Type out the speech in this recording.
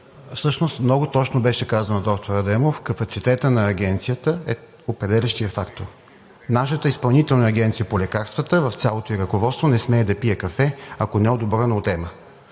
Всъщност много точно беше казано от доктор Адемов: Капацитетът на Агенцията е определящият фактор. Нашата Изпълнителна агенция по лекарствата и цялото ѝ ръководство не смее да пие кафе, ако не е одобрено от